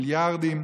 מיליארדים,